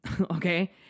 okay